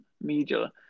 media